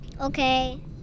Okay